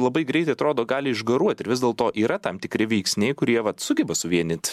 labai greitai atrodo gali išgaruot ir vis dėlto yra tam tikri veiksniai kurie vat sugeba suvienyt